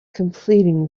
completing